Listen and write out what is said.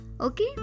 Okay